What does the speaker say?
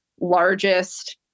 largest